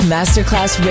Masterclass